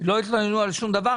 הם לא התלוננו על שום דבר,